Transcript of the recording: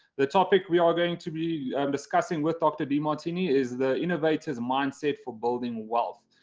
the topic we are going to be discussing with dr. demartini is the innovator's mindset for building wealth.